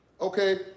Okay